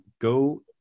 go